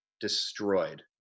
destroyed